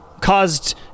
caused